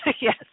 Yes